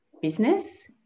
business